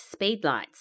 Speedlights